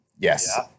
yes